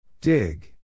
Dig